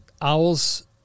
owls